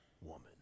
woman